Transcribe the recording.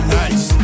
nice